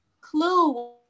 clue